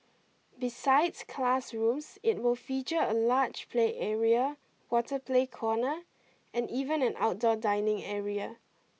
besides classrooms it will feature a large play area water play corner and even an outdoor dining area